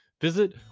visit